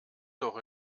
doch